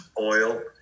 oil